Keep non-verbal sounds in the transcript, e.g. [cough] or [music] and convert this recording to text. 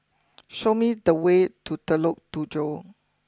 [noise] show me the way to [unintelligible] Tujoh